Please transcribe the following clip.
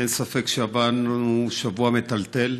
אין ספק שעברנו שבוע מטלטל.